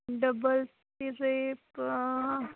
double rate